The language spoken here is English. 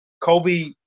Kobe